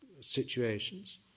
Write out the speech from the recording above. situations